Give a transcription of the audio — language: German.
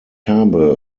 habe